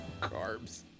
Carbs